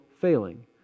failing